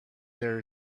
there